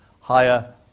higher